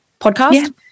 podcast